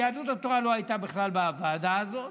יהדות התורה לא הייתה בכלל בוועדה הזו,